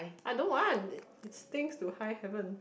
I don't want things to high heaven